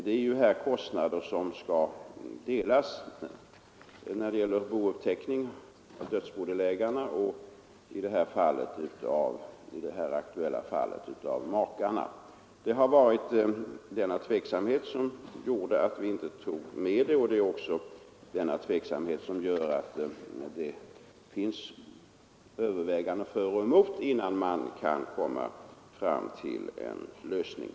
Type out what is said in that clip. Det rör sig här om kostnader som skall delas, när det gäller bouppteckning av dödsbodelägarna och i det här aktuella fallet av makarna. Det var denna tveksamhet som gjorde att vi inte tog med detta, och det är också denna tveksamhet som gör att det behövs överväganden för och emot innan man kan komma fram till en lösning.